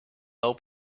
low